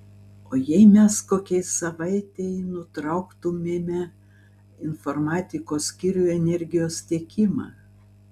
o jei mes kokiai savaitei nutrauktumėme informatikos skyriui energijos tiekimą